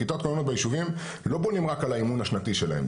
כיתת כוננות ביישובים לא בונים רק על האימון השנתי שלהם.